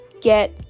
get